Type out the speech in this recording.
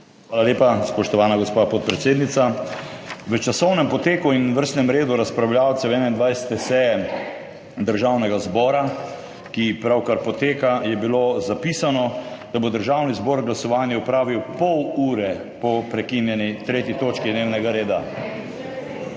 Hvala lepa, spoštovana gospa podpredsednica. V časovnem poteku in vrstnem redu razpravljavcev 21. seje Državnega zbora, ki pravkar poteka, je bilo zapisano, da bo Državni zbor glasovanje opravil pol ure po prekinjeni 3. točki dnevnega reda.